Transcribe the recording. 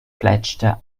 fletschte